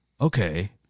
Okay